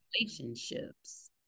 relationships